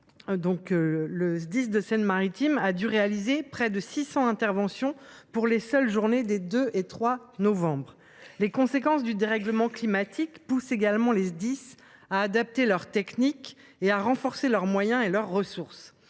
le Sdis de Seine Maritime a dû réaliser près de 600 interventions pour les seules journées des 2 et 3 novembre. Les conséquences du dérèglement climatique poussent également les Sdis à adapter leurs techniques et à renforcer leurs moyens et ressources.